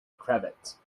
cravat